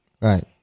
Right